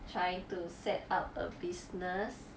trying to set up a business